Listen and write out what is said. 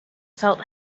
felt